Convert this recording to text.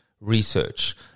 research